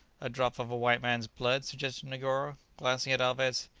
a drop of a white man's blood! suggested negoro, glancing at alvez.